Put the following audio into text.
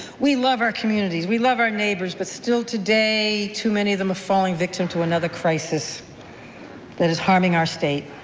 we love our communities. we love our neighbors, but still today, too many of them are falling victim to another crisis that is harming our state,